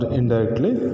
indirectly